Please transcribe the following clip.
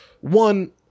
one –